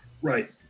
right